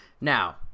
Now